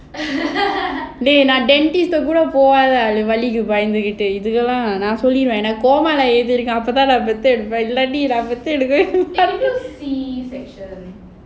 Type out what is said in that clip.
dey நான்:naan dentist கூட போகாத ஆளு வலிக்கு பயந்து நான் சொல்லிடுவேன் நான்:kooda pogaatha aalu valikku bayanthu naan solliduvaen naan coma leh தான் பெத்தெடுப்பேன் இல்லனா பெத்தெடுக்க மாட்டேன்னு:thaan pethedupen illana pethuka maataenu